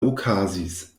okazis